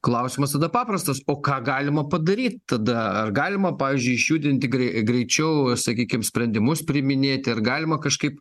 klausimas tada paprastas o ką galima padaryt tada ar galima pavyzdžiui išjudinti grei greičiau sakykim sprendimus priiminėti ar galima kažkaip